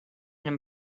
him